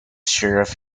sheriff